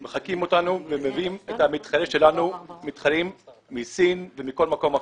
מחקים אותנו ומביאים את המתחרים שלנו מסין ומכל מקום אחר.